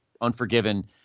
unforgiven